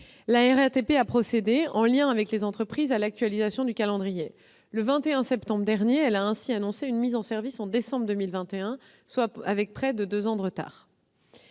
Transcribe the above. La RATP a procédé, en lien avec les entreprises, à l'actualisation du calendrier : le 21 septembre dernier, elle a ainsi annoncé une mise en service en décembre 2021, soit avec près de deux ans de retard.